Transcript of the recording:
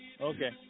okay